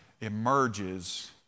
emerges